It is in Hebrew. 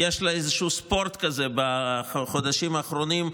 יש לה איזשהו ספורט כזה בחודשים האחרונים,